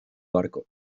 barco